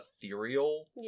ethereal